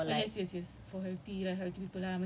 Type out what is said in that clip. but it's like is it meant to be healthy or like